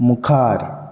मुखार